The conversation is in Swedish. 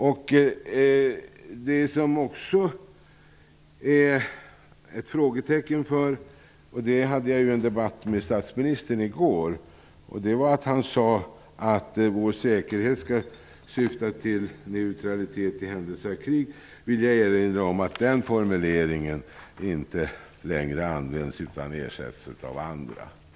Ett annat frågetecken orsakas av det faktum att statsministern vid en debatt med mig i går uttalade att formuleringen att vår säkerhet skall syfta till neutralitet i händelse av krig inte längre används utan ersätts av andra formuleringar.